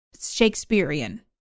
Shakespearean